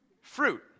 Fruit